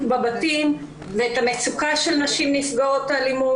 בבתים ואת המצוקה של נשים נפגעות אלימות,